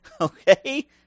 Okay